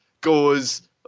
goes